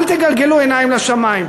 אל תגלגלו עיניים לשמים.